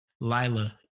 Lila